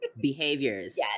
Behaviors